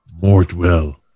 mortwell